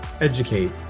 educate